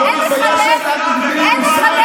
אין לך לב?